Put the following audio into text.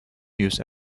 use